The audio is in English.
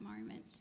moment